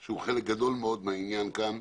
שהוא חלק גדול מאוד מהעניין כאן,